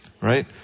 right